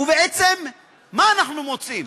ובעצם, מה אנחנו מוצאים?